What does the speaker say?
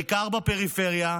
בעיקר בפריפריה.